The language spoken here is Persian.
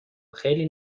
خیلی